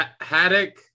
Haddock